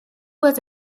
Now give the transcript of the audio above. was